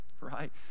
right